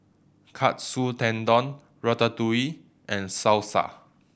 Katsu Tendon Ratatouille and Salsa